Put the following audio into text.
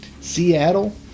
Seattle